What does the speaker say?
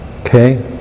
Okay